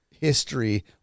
history